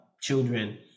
children